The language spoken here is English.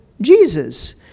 Jesus